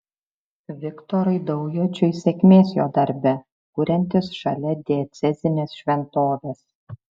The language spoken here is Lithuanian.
viktorui daujočiui sėkmės jo darbe kuriantis šalia diecezinės šventovės